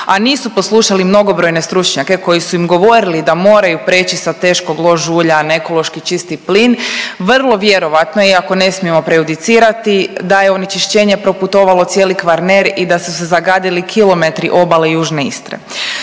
a nisu poslušali mnogobrojne stručnjake koji su im govorili da moraju preći sa teškog lož ulja na ekološki čisti plin vrlo vjerojatno iako ne smijemo prejudicirati da je onečišćenje proputovalo cijeli Kvarner i da su se zagadili kilometri obale južne Istre.